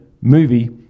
movie